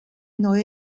neue